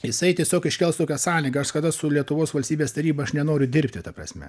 jisai tiesiog iškels tokias sąlygas kada su lietuvos valstybės taryba aš nenoriu dirbti ta prasme